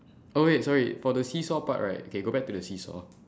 oh wait sorry for the seesaw part right okay go back to the seesaw